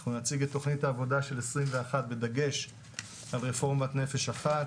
אנחנו נציג את תוכנית העבודה של 2021 בדגש על רפורמת "נפש אחת",